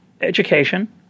education